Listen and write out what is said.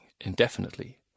indefinitely